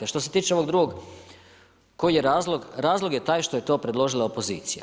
A što se tiče ovog drugog koji je razlog, razlog je taj što je to predložila opozicija.